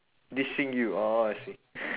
dissing you orh I see